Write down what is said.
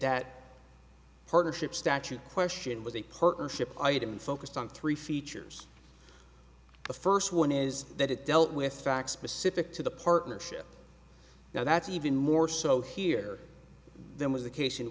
that partnership statute question was a partnership item focused on three features the first one is that it dealt with facts specific to the partnership now that's even more so here then was the case in